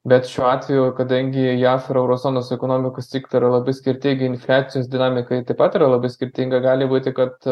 bet šiuo atveju kadangi jav ir euro zonos ekonomikos ciklai yra labai skirtingi infliacijos dinamika taip pat yra labai skirtinga gali būti kad